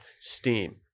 steam